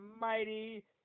mighty